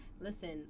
listen